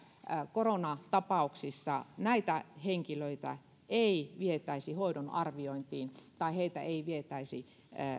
koronatapauksissa näitä henkilöitä ei vietäisi hoidon tarpeen arviointiin tai heitä ei vietäisi